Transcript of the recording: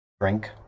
drink